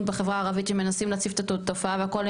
בחברה הערבית שמנסים להציף את התופעה והכל,